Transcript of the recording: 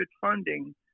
funding